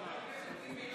חבר הכנסת טיבי,